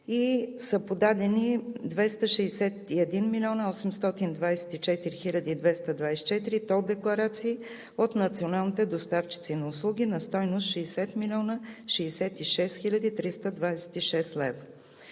и са подадени 261 млн. 824 хил. 224 тол декларации от националните доставчици на услуги на стойност 60 млн. 66 хил. 326 лв.